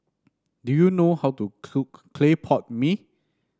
do you know how to cook Clay Pot Mee